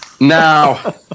Now